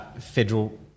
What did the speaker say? federal